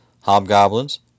hobgoblins